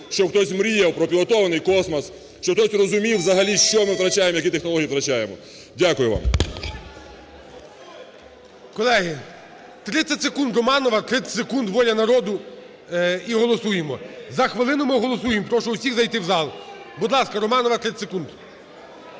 що хтось мріяв про пілотований космос, що хтось розумів взагалі, що ми втрачаємо, які технології втрачаємо. Дякую вам. ГОЛОВУЮЧИЙ. Колеги, 30 секунд - Романова, 30 секунд - "Воля народу" і голосуємо. За хвилину ми голосуємо, прошу всіх зайти в зал. Будь ласка, Романова, 30 секунд.